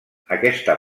aquesta